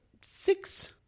six